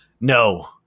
no